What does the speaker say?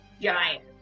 giant